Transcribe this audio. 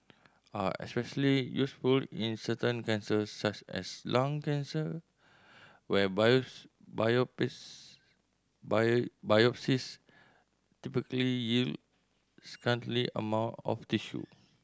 are especially useful in certain cancers such as lung cancer where biopsies biopsies typically yield scanty amount of tissue